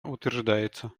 утверждается